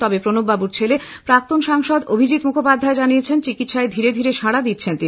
তবে প্রণববাবুর ছেলে প্রাক্তন সাংসদ অভিজিত মুখোপাধ্যায় জানিয়েছেন চিকিৎসায় ধীরে ধীরে সাড়া দিচ্ছেন তিনি